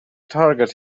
target